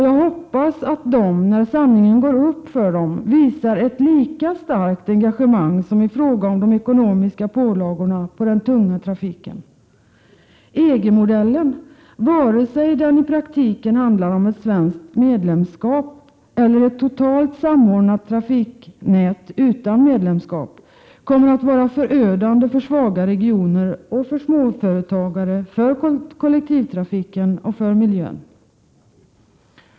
Jag hoppas att de, när sanningen går upp för dem, visar ett lika starkt engagemang som i fråga om de ekonomiska pålagorna på den tunga trafiken. EG-modellen, vare sig deni praktiken handlar om ett svenskt medlemskap eller ett totalt samordnat trafiknät utan medlemskap, kommer att vara förödande för svaga regioner, för småföretagare, för kollektivtrafiken och för miljön.